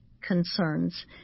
concerns